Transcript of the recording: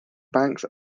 banks